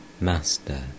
Master